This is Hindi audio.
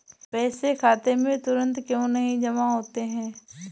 पैसे खाते में तुरंत क्यो नहीं जमा होते हैं?